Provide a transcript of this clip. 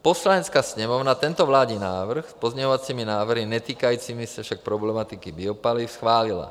Poslanecká sněmovna tento vládní návrh, s pozměňovacími návrhy netýkajícími se však problematiky biopaliv, schválila.